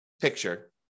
picture